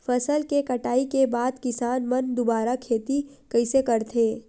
फसल के कटाई के बाद किसान मन दुबारा खेती कइसे करथे?